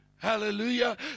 Hallelujah